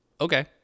okay